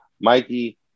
Mikey